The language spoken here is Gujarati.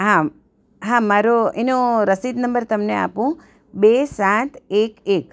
હા હા મારો એનો રસીદ નંબર તમને આપું બે સાત એક એક